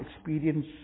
experience